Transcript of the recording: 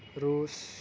روس